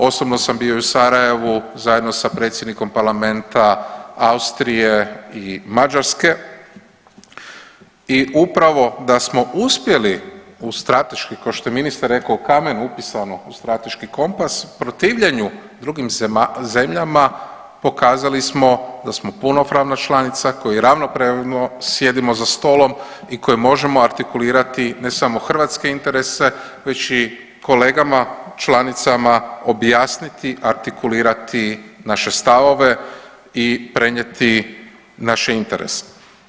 Osobno sam bio i u Sarajevu zajedno sa predsjednikom parlamenta Austrije i Mađarske i upravo da smo uspjeli u strateški ko što je ministar rekao u kamen upisano u strateški kompas, protivljenju drugim zemljama pokazali smo da smo punopravna članica koja ravnopravno sjedi za stolom i koji možemo artikulirati ne samo hrvatske interese već i kolegama članicama objasniti, artikulirati naše stavove i prenijeti naše interese.